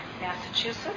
Massachusetts